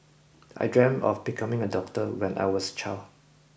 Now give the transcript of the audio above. I dreamt of becoming a doctor when I was child